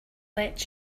let